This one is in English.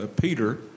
Peter